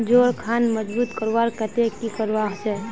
जोड़ खान मजबूत करवार केते की करवा होचए?